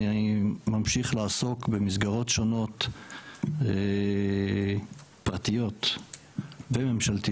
אני ממשיך לעסוק במסגרות שונות פרטיות וממשלתיות,